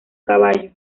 caballo